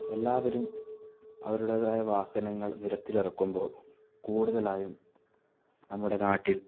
എല്ലാവരും അവരുടേതായ വാഹനങ്ങൾ നിരത്തിലിറക്കുമ്പോൾ കൂടുതലായും നമ്മുടെ നാട്ടിൽ